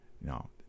no